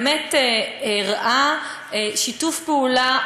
באמת הראה שיתוף פעולה,